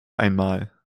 einmal